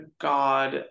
God